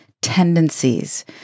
tendencies